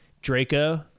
Draco